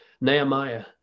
Nehemiah